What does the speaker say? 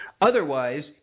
Otherwise